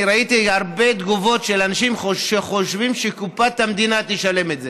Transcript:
ראיתי הרבה תגובות של אנשים שחושבים שקופת המדינה תשלם את זה.